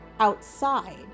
outside